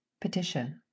Petition